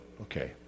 Okay